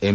M